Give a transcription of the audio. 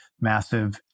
massive